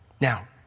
Now